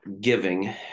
giving